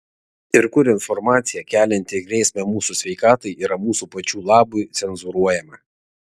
ir kur informacija kelianti grėsmę mūsų sveikatai yra mūsų pačių labui cenzūruojama